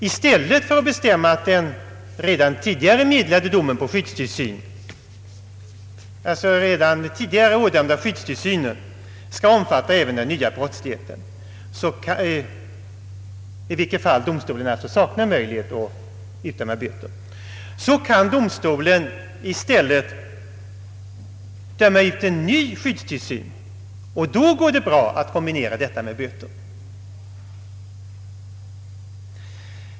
I stället för att fastställa den redan tidigare ådömda skyddstillsynen — domstolen saknar alltså här rätt att utdöma böter — så kan domstolen utdöma en ny skyddstillsyn. Då går det bra att kombinera den med böter.